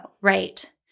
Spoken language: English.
Right